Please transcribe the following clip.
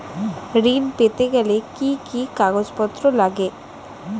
ঋণ পেতে গেলে কি কি কাগজপত্র লাগে?